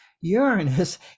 uranus